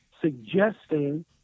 suggesting